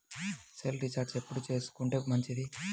Cell recharge ఎప్పుడు చేసుకొంటే మంచిది?